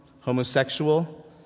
homosexual